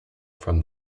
from